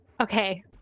okay